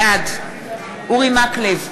בעד אורי מקלב,